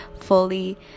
fully